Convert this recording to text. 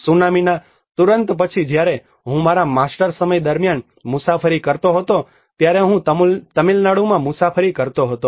સુનામીના તુરંત પછી જ્યારે હું મારા માસ્ટર સમય દરમિયાન મુસાફરી કરતો હતો ત્યારે હું તામિલનાડુમાં મુસાફરી કરતો હતો